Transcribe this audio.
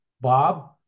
Bob